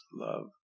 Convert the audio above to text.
love